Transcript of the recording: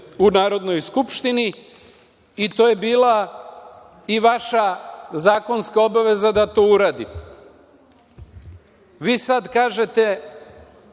u Narodnoj skupštini, i to je bila i vaša zakonska obaveza da to uradite. Vi sad kažete